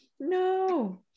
No